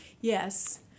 Yes